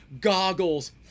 goggles